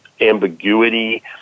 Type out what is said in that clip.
ambiguity